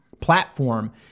platform